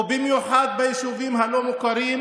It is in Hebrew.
ובמיוחד ביישובים הלא-מוכרים,